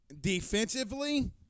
defensively